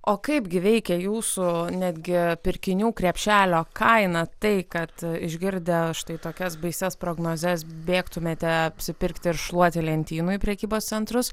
o kaipgi veikia jūsų netgi pirkinių krepšelio kainą tai kad išgirdę štai tokias baisias prognozes bėgtumėte apsipirkti ir šluoti lentynų į prekybos centrus